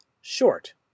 short